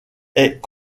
est